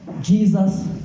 Jesus